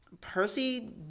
Percy